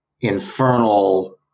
infernal